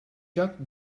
joc